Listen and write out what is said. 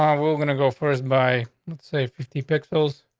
um we're gonna go first by let's say, fifty pixels.